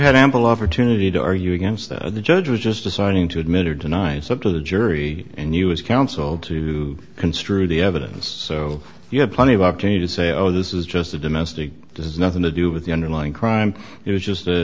had ample opportunity to argue against that and the judge was just deciding to admit or deny it so to the jury and you as counsel to construe the evidence so you have plenty of opportunity to say oh this is just a domestic does nothing to do with the underlying crime it was just a